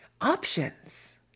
options